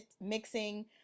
mixing